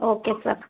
okay sir